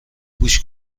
گوش